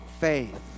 faith